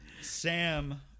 Sam